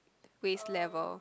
waist level